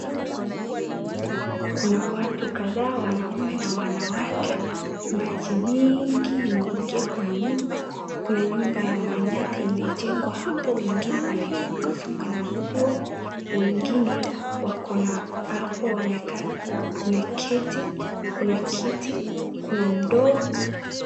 Kuna watu kadhaa wanaume na wanawake, maji mingi imeingia kwa nyumba, kuna nyumba ya manyatta imejengwa hapo, wengine wanaifunga funga na nguo, wengine wako na hapo wamekaa, kuna kiti, kuna ndoo.